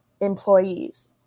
employees